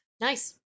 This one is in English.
Nice